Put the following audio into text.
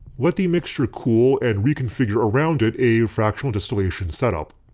let the mixture cool and reconfigure around it a fractional distillation setup.